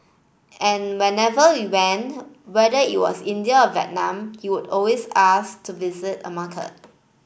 and whenever we went whether it was India or Vietnam he would always ask to visit a market